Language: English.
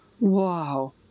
Wow